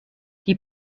die